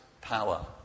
power